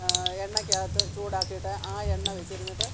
എണ്ണയ്ക്കകത്ത് ചൂടാക്കിയിട്ട് ആ എണ്ണ വെച്ചിരുന്നിട്ട്